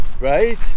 right